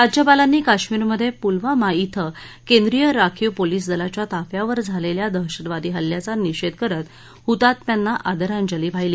राज्यपालांनी काश्मीरमध्ये पुलवामा इथं केंद्रीय राखीव पोलिस दलाच्या ताफ्यावर झालेल्या दहशतवादी हल्ल्याचा निषेध करत हुतात्म्यांना आदरांजली वाहिली